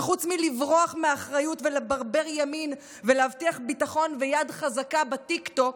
שחוץ מלברוח מאחריות ולברבר ימין ולהבטיח ביטחון ויד חזקה בטיקטוק,